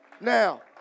now